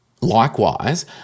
Likewise